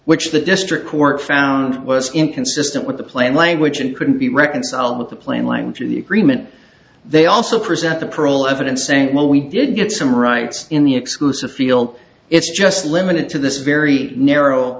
which the district court found was inconsistent with the plain language and couldn't be reconciled with the plain language in the agreement they also present the parole evidence saying well we did get some rights in the exclusive field it's just limited to this very narrow